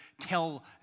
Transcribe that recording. tell